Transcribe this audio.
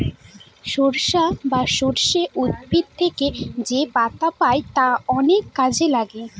সরিষা বা সর্ষে উদ্ভিদ থেকে যেপাতা পাই তা অনেক কাজে লাগে